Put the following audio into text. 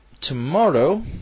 tomorrow